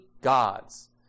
gods